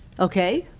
okay.